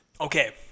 Okay